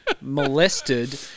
molested